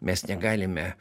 mes negalime